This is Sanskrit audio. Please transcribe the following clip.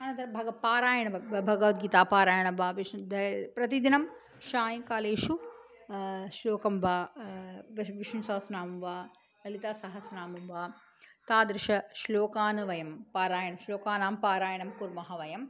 अनन्तरं भग पारायण भ भगवद्गीतापारायणं वा प्रतिदिनं सायङ्कालेषु श्लोकं वा बि विष्णुसहस्रनामं वा ललितासहस्रनामं वा तादृशान् श्लोकान् वयं पारायण् श्लोकानां पारायणं कुर्मः वयम्